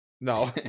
No